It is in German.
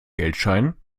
geldscheinen